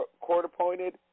court-appointed